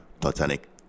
Titanic